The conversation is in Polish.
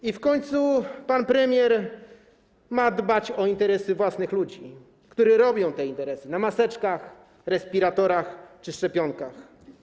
I w końcu pan premier ma dbać o interesy własnych ludzi, którzy robią te interesy na maseczkach, respiratorach czy szczepionkach.